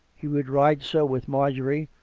he would ride so with marjorie,